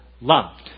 loved